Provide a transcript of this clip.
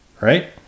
right